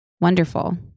wonderful